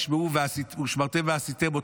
ושמרתם ועשיתם אותם.